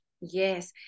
Yes